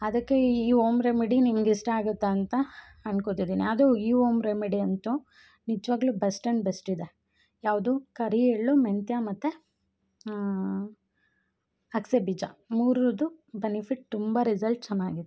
ಅದಕ್ಕೆ ಈ home remedy ನಿಮ್ಗೆ ಇಷ್ಟ ಆಗುತ್ತಂತ ಅನ್ಕೋತಿದ್ದಿನಿ ಅದು ಈ ಓಮ್ ರೆಮಿಡಿ ಅಂತು ನಿಜವಾಗ್ಲು ಬೆಸ್ಟ್ ಆ್ಯಂಡ್ ಬೆಸ್ಟ್ ಇದೆ ಯಾವುದು ಕರಿ ಎಳ್ಳು ಮೆಂತ್ಯ ಮತ್ತು ಅಗಸೆ ಬೀಜ ಮೂರುದ್ದು ಬೆನಿಫಿಟ್ ತುಂಬ ರಿಸಲ್ಟ್ ಚೆನ್ನಾಗಿದೆ